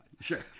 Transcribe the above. Sure